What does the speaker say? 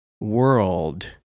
world